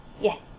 Yes